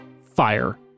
fire